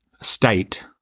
state